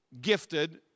gifted